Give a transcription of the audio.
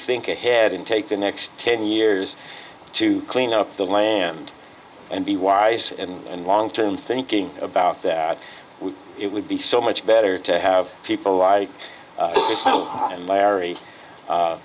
think ahead and take the next ten years to clean up the land and be wise and long term thinking about that it would be so much better to have people lie and larry